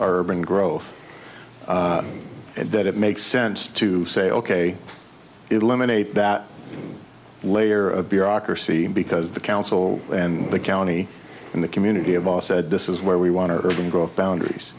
urban growth that it makes sense to say ok eliminate that layer of bureaucracy because the council and the county and the community of all said this is where we want to urban growth boundaries